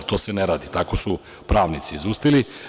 To se ne radi, tako su pravnici izustili.